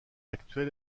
actuel